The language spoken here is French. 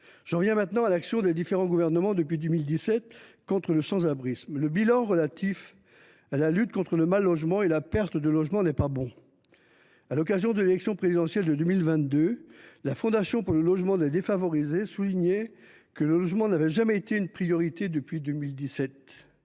J’en viens maintenant à l’action des différents gouvernements depuis 2017 contre le sans abrisme. Le bilan relatif à la lutte contre le mal logement et la perte de logement n’est pas bon. À l’occasion de l’élection présidentielle de 2022, la Fondation pour le logement des défavorisés soulignait que le logement n’avait jamais été une priorité depuis 2017.